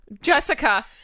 Jessica